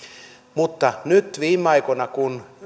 mutta nyt viime aikoina kun